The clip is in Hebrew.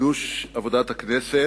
לחידוש עבודת הכנסת.